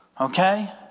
Okay